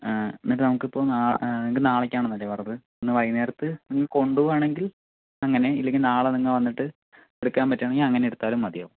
എന്നിട്ട് നമുക്കിപ്പോൾ നാ നിങ്ങൾക്ക് നാളേക്കാണെന്നല്ലേ പറഞ്ഞത് ഇന്ന് വൈകുന്നേരത്ത് നിങ്ങൾ കൊണ്ടുപോകുവാണെങ്കിൽ അങ്ങനെ ഇല്ലെങ്കിൽ നാളെ നിങ്ങൾ വന്നിട്ട് എടുക്കാൻ പറ്റുവാണെങ്കിൽ അങ്ങനെ എടുത്താലും മതിയാവും